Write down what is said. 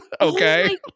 okay